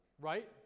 Right